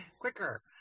quicker